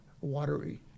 watery